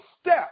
step